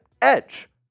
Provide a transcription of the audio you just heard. Edge